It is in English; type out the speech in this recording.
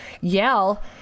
yell